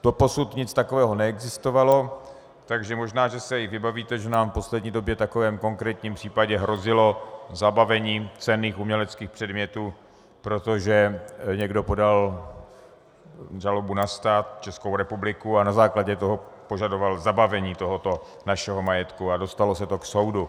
Doposud nic takového neexistovalo, takže možná že si i vybavíte, že nám v poslední době v takovém konkrétním případě hrozilo zabavení cenných uměleckých předmětů, protože někdo podal žalobu na stát, Českou republiku, a na základě toho požadoval zabavení tohoto našeho majetku a dostalo se to k soudu.